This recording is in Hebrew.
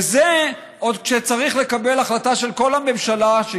וזה עוד כשצריך לקבל החלטה של כל הממשלה,